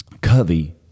Covey